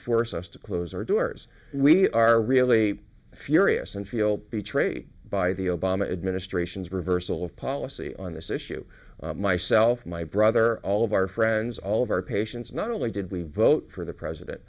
force us to close or doors we are really furious and feel betrayed by the obama administration's reversal of policy on this issue myself my brother all of our friends all of our patients not only did we vote for the president